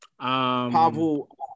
Pavel